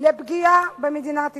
לפגיעה במדינת ישראל.